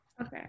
okay